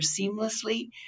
seamlessly